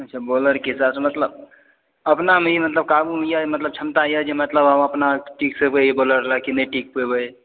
अच्छा बॉलरके हिसाबसँ मतलब अपना मतलब काबू यऽ क्षमता यऽ जे हम मतलब अपना टिक पेबै ई बाउलर लए कि नहि टिक पेबै